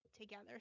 together